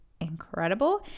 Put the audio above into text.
incredible